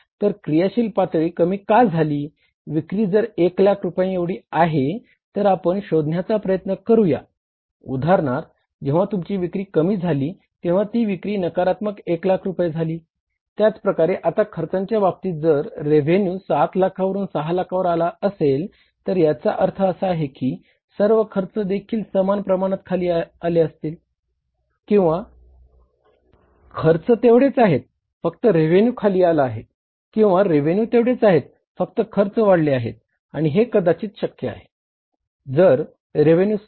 तर क्रियाशील पातळी 7 लाखांवरून 6 लाखांवर आला असेल तर याचा अर्थ असा आहे की सर्व खर्च देखील समान प्रमाणात खाली आले असतील किंवा खर्च तेवढेच आहेत फक्त रेव्हेन्यू खाली आले आहेत किंवा रेव्हेन्यू तेवढेच आहेत फक्त खर्च वाढले आहेत आणि हे कदाचीत शक्य आहे